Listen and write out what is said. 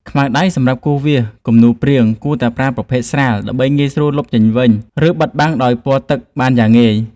ខ្មៅដៃសម្រាប់គូសវាសគំនូសព្រាងគួរតែប្រើប្រភេទស្រាលដើម្បីងាយស្រួលលុបចេញវិញ ឬ បិទបាំងដោយពណ៌ទឹកបានយ៉ាងងាយ។